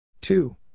two